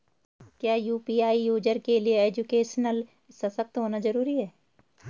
क्या UPI user के लिए एजुकेशनल सशक्त होना जरूरी है?